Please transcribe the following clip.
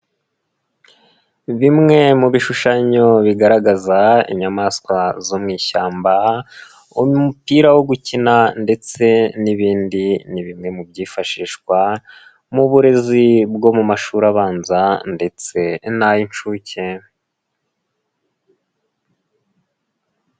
Bimwe mu bishushanyo bigaragaza inyamaswa zo mu ishyamba, umupira wo gukina ndetse n'ibindi ni bimwe mu byifashishwa mu uburezi bwo mu mashuri abanza ndetse n'ay'inshuke.